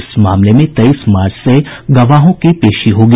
इस मामले में तेईस मार्च से गवाहों की पेशी होगी